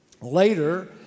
Later